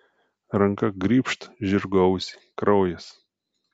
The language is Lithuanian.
ranka grybšt žirgo ausį kraujas